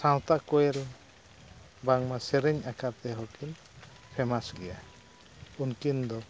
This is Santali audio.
ᱥᱟᱶᱛᱟ ᱠᱳᱭᱮᱞ ᱵᱟᱝᱢᱟ ᱥᱮᱨᱮᱧ ᱟᱠᱟᱨ ᱛᱮᱦᱚᱸᱠᱤᱱ ᱯᱷᱮᱢᱟᱥ ᱜᱮᱭᱟ ᱩᱱᱠᱤᱱ ᱫᱚ